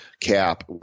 cap